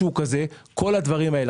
כל הדברים האלה.